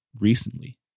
recently